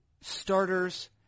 starters